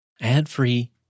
ad-free